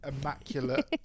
immaculate